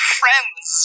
friends